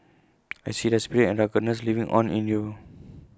I see their spirit and ruggedness living on in you